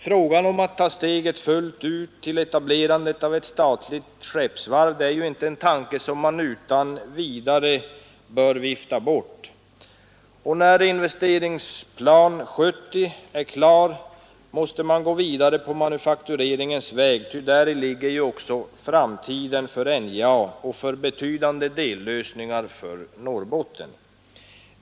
Frågan om att ta steget fullt ut till etablerandet av ett statligt skeppsvarv är en tanke som man inte utan vidare bör vifta bort. När Investeringsplan 70 är klar måste man gå vidare på manufaktureringens väg, ty däri ligger framtiden för NJA och betydande dellösningar för Norrbotten.